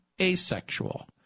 asexual